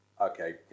okay